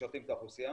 שמשרתים את האוכלוסייה.